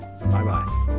Bye-bye